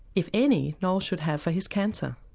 if any, noel should have for his cancer.